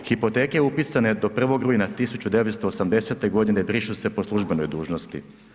Hipoteke upisane do 1. rujna 1980. g. brišu se po službenoj dužnosti.